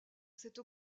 cette